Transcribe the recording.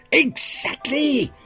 exactly.